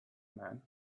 man